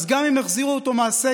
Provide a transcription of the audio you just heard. אז גם אם יחזירו אותו מהסגר,